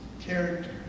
character